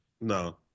No